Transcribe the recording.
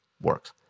works